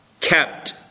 kept